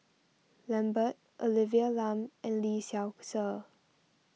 Lambert Olivia Lum and Lee Seow Ser